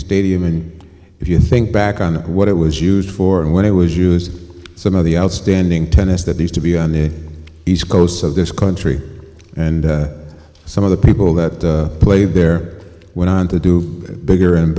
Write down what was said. stadium and if you think back on what it was used for and when i was using some of the outstanding tennis that needs to be on the east coast of this country and some of the people that play there went on to do bigger and